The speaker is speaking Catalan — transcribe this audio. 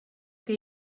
que